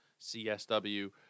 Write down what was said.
CSW